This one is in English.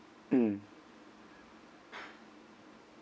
mm